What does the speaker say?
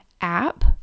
app